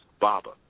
Baba